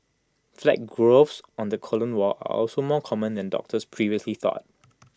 flat growths on the colon wall are also more common than doctors previously thought